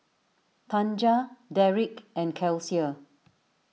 Tanja Derek and Kelsea